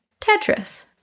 Tetris